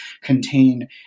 contain